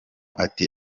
ati